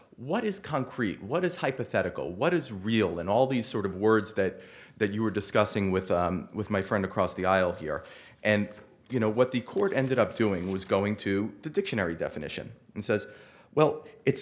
what is concrete what is hypothetical what is real and all these sort of words that that you were discussing with with my friend across the aisle here and you know what the court ended up doing was going to the dictionary definition and says well it's